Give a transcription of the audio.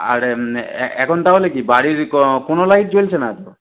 আর এ এখন তাহলে কি বাড়ির ক কোনো লাইট চলছে না